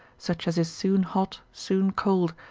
such as is soon hot, soon cold,